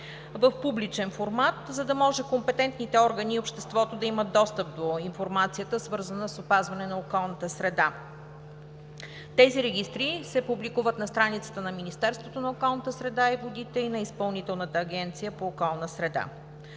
в публичен формат, за да може компетентните органи и обществото да имат достъп до информацията, свързана с опазването на околната среда. Тези регистри се публикуват на страницата на Министерството на околната среда и водите и на Изпълнителната агенция по околна среда.